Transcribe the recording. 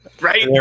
Right